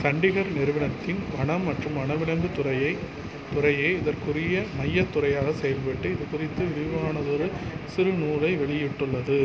சண்டிகர் நிறுவனத்தின் வனம் மற்றும் வனவிலங்கு துறையை துறையே இதற்குரிய மையத் துறையாகச் செயல்பட்டு இது குறித்து விரிவானதொரு சிறு நூலை வெளியிட்டுள்ளது